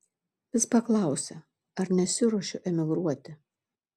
vis paklausia ar nesiruošiu emigruoti